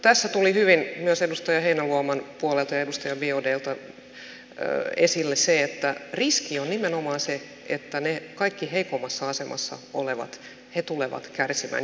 tässä tuli hyvin myös edustaja heinäluoman puolelta ja edustaja biaudetlta esille se että riski on nimenomaan se että ne kaikkein heikoimmassa asemassa olevat tulevat kärsimään